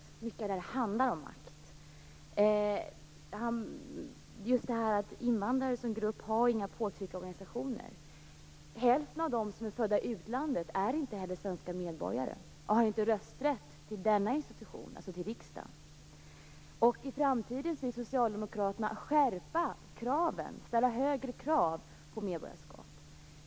Mycket av det här handlar om makt. Invandrare som grupp har inga påtryckningsorganisationer. Hälften av dem som är födda i utlandet är inte heller svenska medborgare och har inte rösträtt till denna institution, riksdagen. I framtiden vill Socialdemokraterna skärpa kraven, ställa högre krav på medborgarskap.